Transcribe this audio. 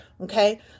Okay